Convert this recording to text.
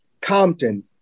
Compton